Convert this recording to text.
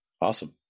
Awesome